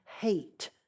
hate